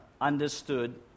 understood